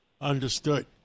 Understood